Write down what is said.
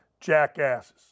jackasses